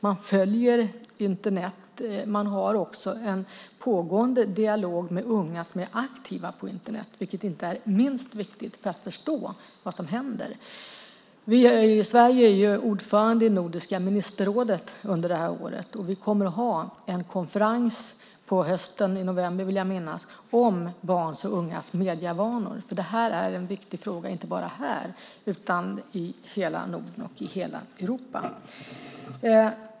Man följer Internet och har en pågående dialog med unga som är aktiva på Internet, vilket inte är minst viktigt för att förstå vad som händer. Sverige är ordförande i Nordiska ministerrådet under det här året. Vi kommer att ha en konferens i höst - i november vill jag minnas - om barns och ungas medievanor, för frågan är viktig inte bara här i Sverige utan i hela Norden och i hela Europa.